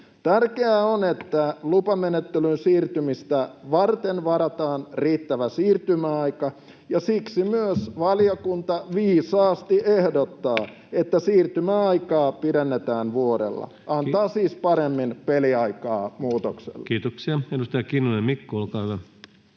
koputtaa] että lupamenettelyyn siirtymistä varten varataan riittävä siirtymäaika, ja siksi myös valiokunta viisaasti ehdottaa, että siirtymäaikaa pidennetään vuodella — antaa siis paremmin peliaikaa muutokselle. Kiitoksia. — Edustaja Mikko Kinnunen, olkaa hyvä.